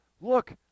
look